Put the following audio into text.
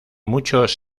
muchos